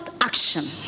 action